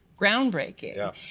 groundbreaking